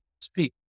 speak